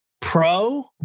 pro